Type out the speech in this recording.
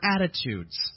attitudes